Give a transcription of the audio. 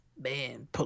Man